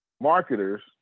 Marketers